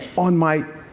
on my